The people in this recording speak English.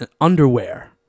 underwear